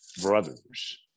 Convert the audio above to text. brothers